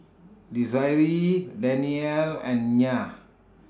Desiree Danielle and Nyah